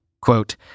Quote